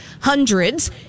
Hundreds